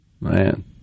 Man